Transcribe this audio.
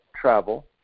travel